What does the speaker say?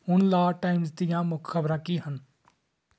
ਹੁਣ LA Times ਦੀਆਂ ਮੁੱਖ ਖ਼ਬਰਾਂ ਕੀ ਹਨ